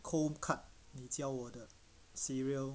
cold cut 你教我的 cereal